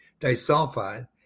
disulfide